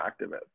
activist